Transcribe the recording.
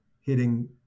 hitting